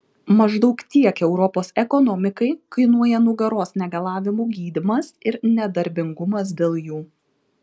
maždaug tiek europos ekonomikai kainuoja nugaros negalavimų gydymas ir nedarbingumas dėl jų